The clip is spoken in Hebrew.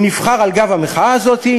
הוא נבחר על גב המחאה הזאת,